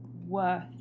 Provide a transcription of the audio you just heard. worth